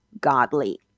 godly